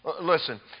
Listen